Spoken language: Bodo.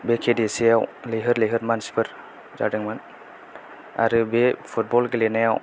बे के डि एस ए आव लैहोर लैहोर मानसिफोर जादोंमोन आरो बे फुटबल गेलेनायाव